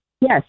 yes